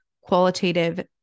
qualitative